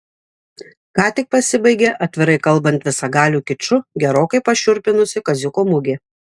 ką tik pasibaigė atvirai kalbant visagaliu kiču gerokai pašiurpinusi kaziuko mugė